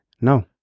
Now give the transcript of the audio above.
No